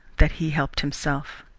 that he helped himself.